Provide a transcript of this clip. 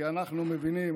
כי אנחנו מבינים,